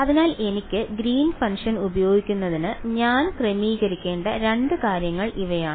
അതിനാൽ എനിക്ക് green function ഉപയോഗിക്കുന്നതിന് ഞാൻ ക്രമീകരിക്കേണ്ട 2 കാര്യങ്ങൾ ഇവയാണ്